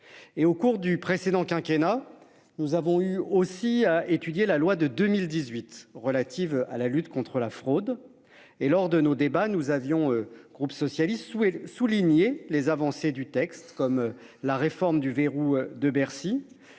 au cours du précédent quinquennat. Nous avons eu aussi étudier la loi de 2018 relative à la lutte contre la fraude et lors de nos débats. Nous avions groupe socialiste souhaite souligner les avancées du texte, comme la réforme du verrou de Bercy